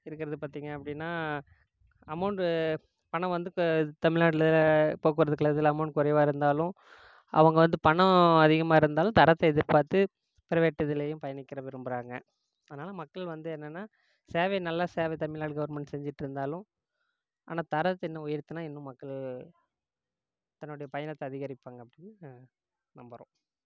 இருக்கிறது பார்த்தீங்க அப்படின்னா அமௌண்ட்டு பணம் வந்து தமிழ்நாட்ல போக்குவரத்து கலகத்தில் அமௌண்ட் குறைவா இருந்தாலும் அவங்க வந்து பணம் அதிகமாக இருந்தாலும் தரத்தை எதிர் பார்த்து ப்ரவேட் இதுலேயும் பயணிக்க விரும்புகிறாங்க அதனால் மக்கள் வந்து என்னென்னா சேவை நல்ல சேவை தமிழ்நாடு கவெர்மெண்ட் செஞ்சிட்டுருந்தாலும் ஆனால் தரத்தை இன்னும் உயர்த்துனா இன்னும் மக்கள் தன்னுடைய பயணத்தை அதிகரிப்பாங்க அப்படின்னு நம்புறோம்